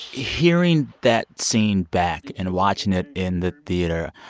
hearing that scene back and watching it in the theater,